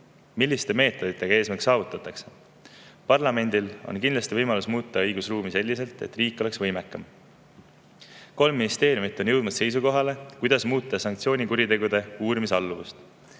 milliste meetoditega eesmärk saavutatakse. Parlamendil on kindlasti võimalik muuta õigusruumi selliselt, et riik oleks võimekam. Kolm ministeeriumi on jõudnud seisukohale, kuidas muuta sanktsioonikuritegude puhul